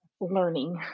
learning